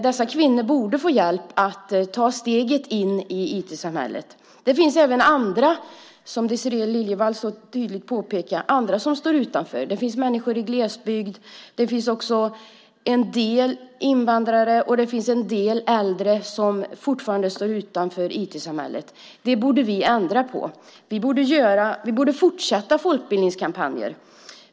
Dessa kvinnor borde få hjälp att ta steget in i IT-samhället. Det finns även andra, som Désirée Liljevall så tydligt påpekade, som står utanför. Det finns människor i glesbygd, en del invandrare och en del äldre som fortfarande står utanför IT-samhället. Det borde vi ändra på. Vi borde fortsätta med folkbildningskampanjer.